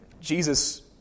Jesus